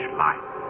life